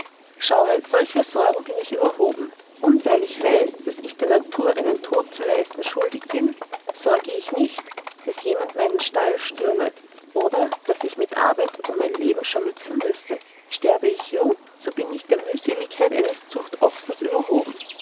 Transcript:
schaue solcher sorgen bin ich überhoben und weil ich weiß daß ich der natur einen tod zu leisten schuldig bin sorge ich nicht daß jemand meinen stall stürmet oder daß ich mit arbeit um mein leben scharmützeln müsse sterbe ich jung so bin ich der mühseligkeit eines zugochsens überhoben